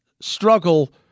struggle